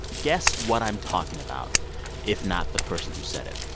guess what i'm talking about if not, the person who said it.